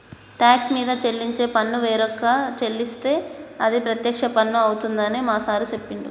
talks మీరు చెల్లించే పన్ను వేరొక చెల్లిస్తే అది ప్రత్యక్ష పన్ను అవుతుందని మా సారు చెప్పిండు